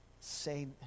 say